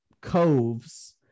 coves